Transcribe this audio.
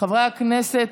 חברי הכנסת,